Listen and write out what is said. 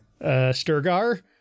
Sturgar